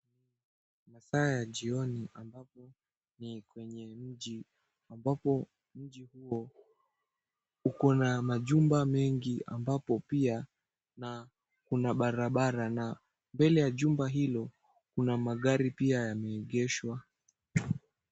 Masaa ya jioni ambapo ni kwenye mji ambapo mji huo ukona majumba mengi ambapo pia na kuna barabara na mbele ya jumba hilo kuna magari pia yameegeshwa.